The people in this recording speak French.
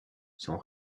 sont